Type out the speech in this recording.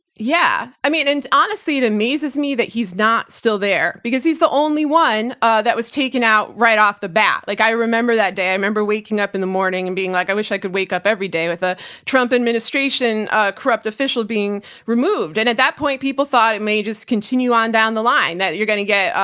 yeah, i mean and honestly it amazes me that he's not still there, because he's the only one ah that was taken out right off the bat, like i remember that day. i remember waking up in the morning and being like i wish i could wake up every day with a trump administration ah corrupt official being removed, and at that point people thought it may just continue on down the line, that you're gonna get,